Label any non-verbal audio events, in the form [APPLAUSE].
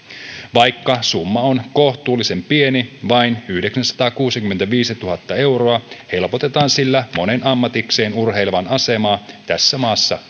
vaikka summa on kohtuullisen pieni vain yhdeksänsataakuusikymmentäviisituhatta euroa helpotetaan sillä monen ammatikseen urheilevan asemaa tässä maassa [UNINTELLIGIBLE]